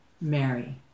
Mary